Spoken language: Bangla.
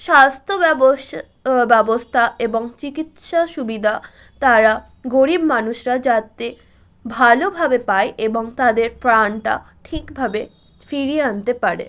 স্বাস্থ্য ব্যবস ব্যবস্থা এবং চিকিৎসা সুবিধা তারা গরীব মানুষরা যাতে ভালোভাবে পায় এবং তাদের প্রাণটা ঠিকভাবে ফিরিয়ে আনতে পারে